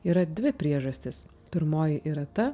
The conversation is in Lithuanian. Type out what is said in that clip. yra dvi priežastys pirmoji yra ta